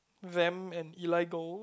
them and Eli Gold